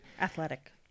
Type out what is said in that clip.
Athletic